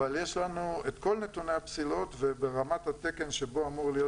אבל יש לנו את כל נתוני הפסילות וברמת התקן שבו אמור להיות